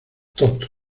tonto